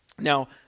Now